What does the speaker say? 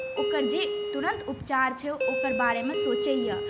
ओकर जे तुरन्त जे उपचार छै ओकर बारेमे सोचैए